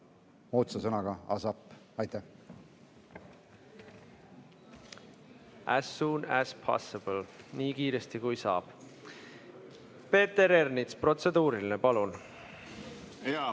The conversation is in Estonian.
As soon as possible– nii kiiresti kui saab. Peeter Ernits, protseduuriline, palun! Jaa.